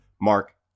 Mark